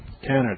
Canada